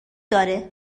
داره